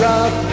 up